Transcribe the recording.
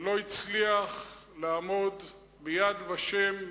ולא הצליח לעמוד ב"יד ושם"